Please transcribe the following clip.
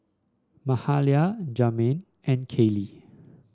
Mahalia Jaheim and Kaley